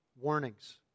Warnings